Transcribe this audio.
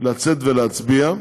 לצאת ולהצביע.